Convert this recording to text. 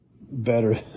better